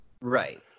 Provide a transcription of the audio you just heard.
Right